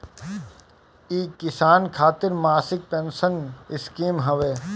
इ किसान खातिर मासिक पेंसन स्कीम हवे